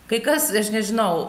kai kas nežinau